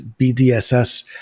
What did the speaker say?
bdss